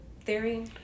theory